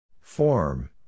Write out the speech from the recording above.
Form